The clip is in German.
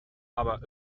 aber